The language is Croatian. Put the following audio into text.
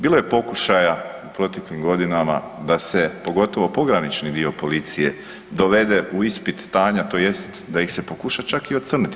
Bilo je pokušaja u proteklim godinama da se pogotovo pogranični dio policije dovede u ispit stanja tj. da ih se pokuša čak i ocrniti.